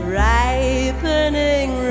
ripening